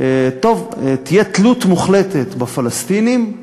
טוב, תהיה תלות מוחלטת בפלסטינים,